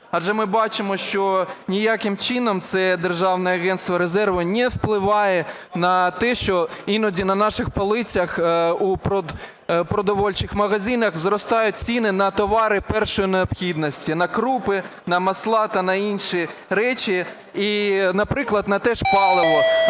Адже ми бачимо, що ніяким чином це Державне агентство резерву не впливає на те, що іноді на наших полицях у продовольчих магазинах зростають ціни на товари першої необхідності: на крупи, на масла та на інші речі. І наприклад, на те ж паливо.